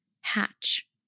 hatch